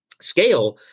scale